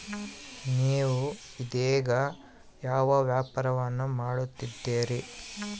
ನೇವು ಇದೇಗ ಯಾವ ವ್ಯಾಪಾರವನ್ನು ಮಾಡುತ್ತಿದ್ದೇರಿ?